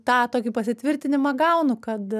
tą tokį pasitvirtinimą gaunu kad